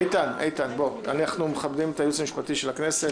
איתן, אנחנו מכבדים את הייעוץ המשפטי של הכנסת.